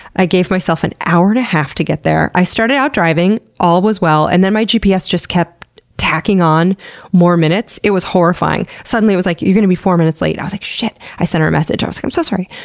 i gave myself an hour and a half to get there i started out driving, all was well and then my gps just kept on more minutes. it was horrifying! suddenly it was like, you're going to be four minutes late. i was like, shit! i sent her a message. i was like, so sorry.